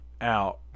out